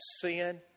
sin